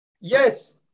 Yes